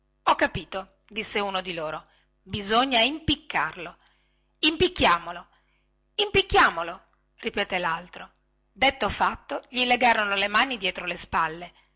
ho capito disse allora uno di loro bisogna impiccarlo impicchiamolo impicchiamolo ripeté laltro detto fatto gli legarono le mani dietro le spalle